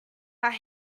are